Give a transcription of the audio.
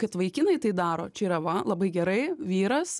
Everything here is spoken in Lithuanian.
kad vaikinai tai daro čia yra va labai gerai vyras